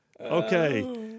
okay